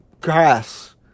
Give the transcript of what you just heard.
grass